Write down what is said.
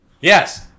yes